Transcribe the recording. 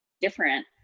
different